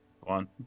One